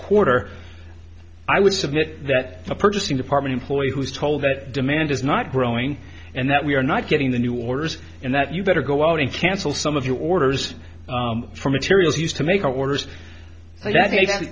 quarter i would submit that a purchasing department employee who was told that demand is not growing and that we are not getting the new orders and that you better go out and cancel some of your orders for materials used to make our orders